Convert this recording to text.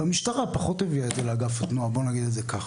והמשטרה פחות הביאה את זה לאגף התנועה בוא נגיד את זה ככה.